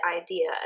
idea